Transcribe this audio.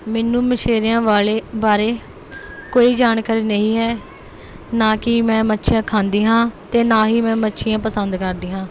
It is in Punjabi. ਮੈਨੂੰ ਮਛੇਰਿਆਂ ਵਾਲੇ ਬਾਰੇ ਕੋਈ ਜਾਣਕਾਰੀ ਨਹੀਂ ਹੈ ਨਾ ਕਿ ਮੈਂ ਮੱਛੀਆਂ ਖਾਂਦੀ ਹਾਂ ਅਤੇ ਨਾ ਹੀ ਮੈਂ ਮੱਛੀਆਂ ਪਸੰਦ ਕਰਦੀ ਹਾਂ